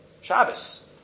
Shabbos